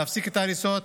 להפסיק את ההריסות,